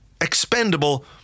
expendable